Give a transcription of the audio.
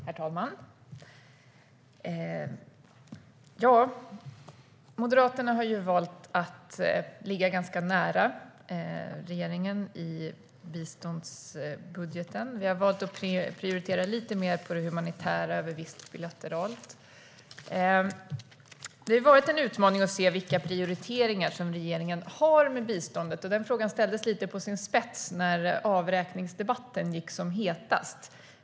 Herr talman! Moderaterna har valt att ligga ganska nära regeringen i biståndsbudgeten, men har valt att prioritera det humanitära biståndet lite mer framför visst bilateralt bistånd. Det har varit en utmaning att se vilka prioriteringar regeringen har med biståndet. Den frågan ställdes lite på sin spets när avräkningsdebatten gick som hetast.